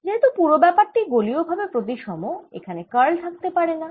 যেহেতু পুরো ব্যাপারটি গোলীয় ভাবে প্রতিসম এখানে কার্ল থাকতে পারেনা